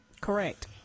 Correct